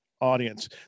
audience